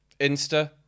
insta